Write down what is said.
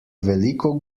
veliko